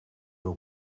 wil